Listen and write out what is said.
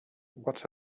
what